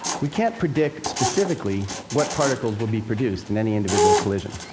we can't predict specifically what particles will be produced in any individual collision.